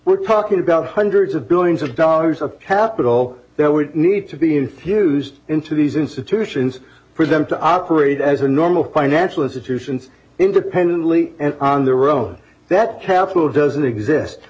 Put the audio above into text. we're talking about hundreds of billions of dollars of capital that would need to be infused into these institutions for them to operate as a normal financial institutions independently and on their own that capital doesn't exist